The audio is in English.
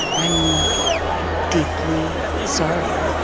i'm deeply sorry.